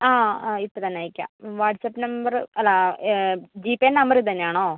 ആ ആ ഇപ്പം തന്നെ അയയ്ക്കാം വാട്ട്സ്ആപ്പ് നമ്പർ അല്ല ജി പേ നമ്പർ ഇത് തന്നെ ആണോ